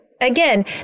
Again